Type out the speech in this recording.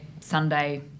Sunday